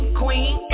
queen